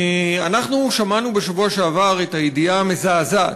אנחנו שמענו בשבוע שעבר את הידיעה המזעזעת,